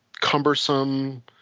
cumbersome